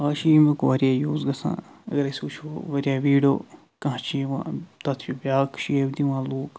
آز چھِ ییٚمیُک واریاہ یوٗز گَژھان اگر أسۍ وٕچھو واریاہ ویٖڈیو کانٛہہ چھِ یِوان تتھ چھِ بیٛاکھ شیپ دِوان لوٗکھ